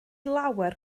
lawer